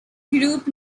group